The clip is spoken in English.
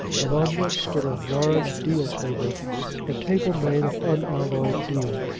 and on this stood a large deal table a table made of unalloyed deal,